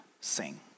sing